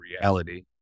reality